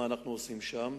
מה אנחנו עושים שם,